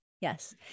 Yes